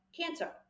cancer